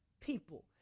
people